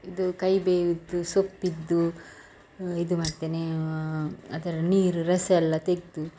ಇದು ಕಹಿ ಬೇವಿಂದು ಸೊಪ್ಪಿಂದು ಇದು ಮಾಡ್ತೇನೆ ಅದರ ನೀರು ರಸ ಎಲ್ಲ ತೆಗೆದು